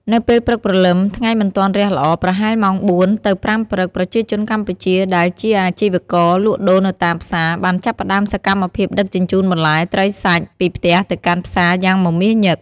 នៅពេលព្រឹកព្រលឹម ថ្ងៃមិនទាន់រះល្អ ប្រហែលម៉ោង ៤ ទៅ ៥ ព្រឹក ប្រជាជនកម្ពុជាដែលជាអាជីវករលក់ដូរនៅតាមផ្សារបានចាប់ផ្តើមសកម្មភាពដឹកជញ្ជូនបន្លែ ត្រី សាច់ ពីផ្ទះទៅកាន់ផ្សារយ៉ាងមមាញឹក។